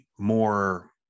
more